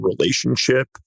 relationship